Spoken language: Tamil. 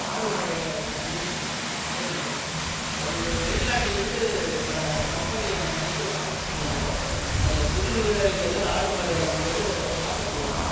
ஆடு மாடு வளக்கிறவங்கள ஆதரிக்கிறோம் அதுக்கு வெளிநாட்டுலேருந்து பல கம்பெனிகள் வந்து ஃப்ரெண்ட்ஸ் வந்தது அதில் சிறு விவசாயிகள் ஏதாவது ஆடு மாடு வளர்க்கும் போது ஆபத்து வருமா